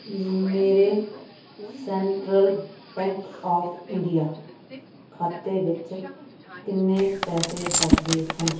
ਮੇਰੇ Central Bank of India ਖਾਤੇ ਵਿੱਚ ਕਿੰਨੇ ਪੈਸੇ ਬਚਦੇ ਹਨ